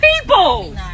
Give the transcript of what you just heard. people